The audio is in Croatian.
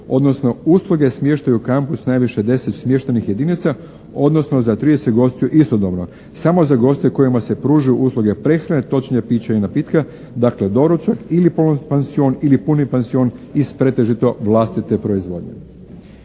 odnosno usluge smještaja u kampu s najviše deset smještajnih jedinica odnosno za trideset gostiju istodobno, samo za goste kojima se pružaju usluge prehrane, točnije pića i napitka, dakle doručak ili polupansion ili puni pansion iz pretežito vlastite proizvodnje.